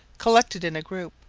collected in a group,